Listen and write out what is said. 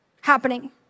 happening